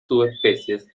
subespecies